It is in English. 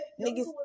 Niggas